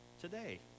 today